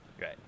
Right